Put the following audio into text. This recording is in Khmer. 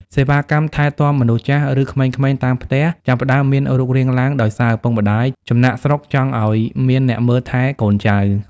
សេវាកម្ម "ថែទាំមនុស្សចាស់" ឬក្មេងៗតាមផ្ទះ ចាប់ផ្ដើមមានរូបរាងឡើង ដោយសារឪពុកម្ដាយចំណាកស្រុកចង់ឱ្យមានអ្នកមើលថែកូនចៅ។